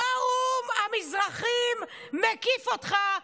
פורום המזרחים מקיף אותך.